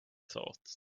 thought